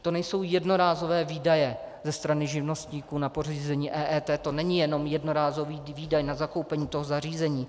To nejsou jednorázové výdaje ze strany živnostníků na pořízení EET, to není jenom jednorázový výdaj na zakoupení toho zařízení.